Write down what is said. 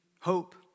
hope